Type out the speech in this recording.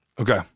okay